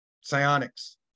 psionics